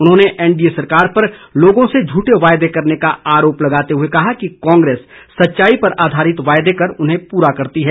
उन्होंने एनडीए सरकार पर लोगों से झूठे वायदे करने का आरोप लगाते हुए कहा कि कांग्रेस सच्चाई पर आधारित वायदे कर उन्हें पूरा करती है